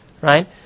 Right